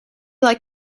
like